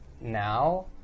now